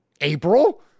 April